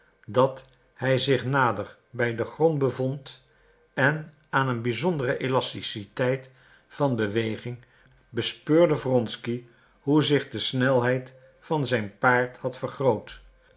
dat hij zich nader bij den grond bevond en aan een bizondere elasticiteit van beweging bespeurde wronsky hoe zich de snelheid van zijn paard had vergroot